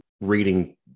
reading